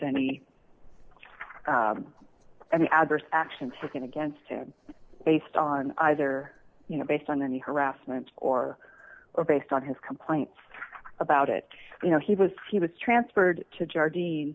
any any adverse action taken against him based on either you know based on any harassment or or based on his complaints about it you know he was he was transferred to